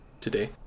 today